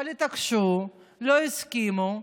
אבל התעקשו, לא הסכימו.